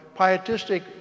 pietistic